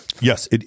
Yes